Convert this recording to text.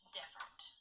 different